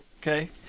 okay